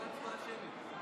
הצבעה שמית.